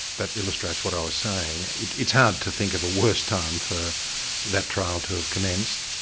that illustrates what i was saying. it's it's hard to think of a worse time for that trial to have commenced.